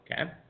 Okay